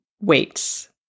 weights